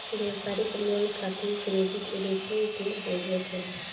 व्यापारिक लोन खातिर credit rating के जरूरत होला